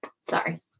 sorry